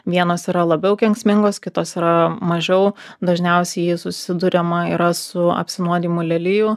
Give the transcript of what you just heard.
vienos yra labiau kenksmingos kitos yra mažiau dažniausiai susiduriama yra su apsinuodijimu lelijų